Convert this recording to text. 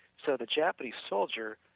so, the japanese soldier